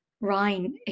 ryan